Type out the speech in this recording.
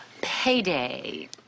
Payday